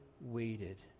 waited